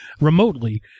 remotely